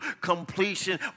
completion